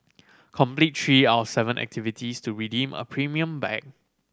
complete three out seven activities to redeem a premium bag